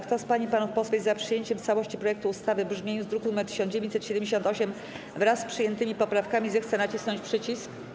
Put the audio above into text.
Kto z pań i panów posłów jest za przyjęciem w całości projektu ustawy w brzmieniu z druku nr 1978, wraz z przyjętymi poprawkami, zechce nacisnąć przycisk.